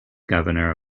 governor